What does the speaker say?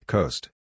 Coast